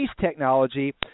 technology